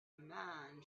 man